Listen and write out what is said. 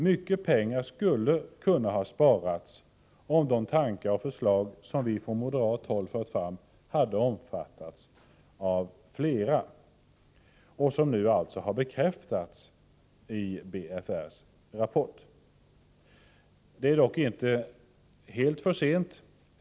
Mycket pengar skulle ha kunnat sparas, om de tankar och förslag som förts fram från moderat håll hade omfattats av flera, tankar och förslag som nu har bekräftats i BFR:s rapport. Det är dock inte helt för sent.